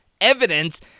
evidence